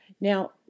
Now